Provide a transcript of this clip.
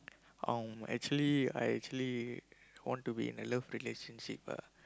um actually I actually want to be in a love relationship ah